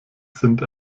sind